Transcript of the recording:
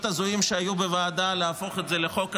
הזויים שהיו בוועדה להפוך את זה לחוק הזוי,